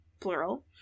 plural